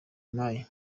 mayi